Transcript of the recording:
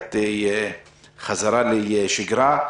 אסטרטגיית חזרה לשגרה,